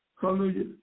hallelujah